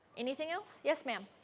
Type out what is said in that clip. anything else, yes, ma'am.